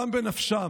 גם בנפשם.